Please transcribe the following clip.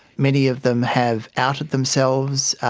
many of them have outed themselves,